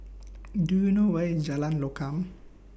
Do YOU know Where IS Jalan Lokam